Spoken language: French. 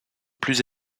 plus